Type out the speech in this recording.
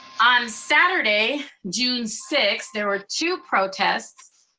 on saturday, june sixth, there were two protests.